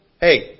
hey